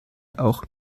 auch